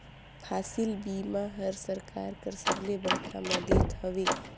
फसिल बीमा हर सरकार कर सबले बड़खा मदेत हवे